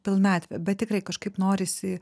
pilnatvę bet tikrai kažkaip norisi